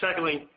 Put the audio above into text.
secondly,